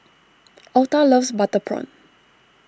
Altha loves Butter Prawn